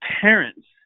parents